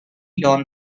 dawn